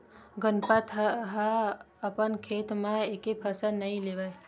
गनपत ह अपन खेत म एके फसल नइ लेवय